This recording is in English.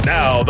Now